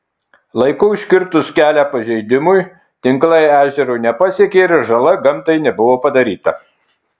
laiku užkirtus kelią pažeidimui tinklai ežero nepasiekė ir žala gamtai nebuvo padaryta